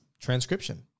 transcription